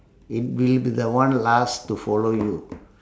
it will be the one last to follow you